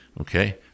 Okay